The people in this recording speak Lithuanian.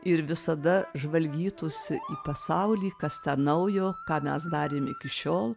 ir visada žvalgytųsi į pasaulį kas ten naujo ką mes darėm iki šiol